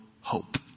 hope